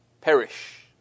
perish